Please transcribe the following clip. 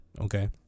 Okay